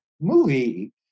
movie